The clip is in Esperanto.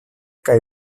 kaj